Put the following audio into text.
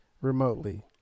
remotely